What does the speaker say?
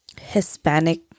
Hispanic